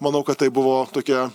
manau kad tai buvo tokia